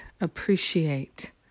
appreciate